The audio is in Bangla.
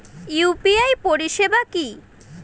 ইউ.পি.আই পরিষেবা কি?